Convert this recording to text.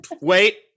wait